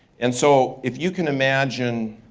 and so if you can imagine